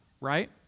right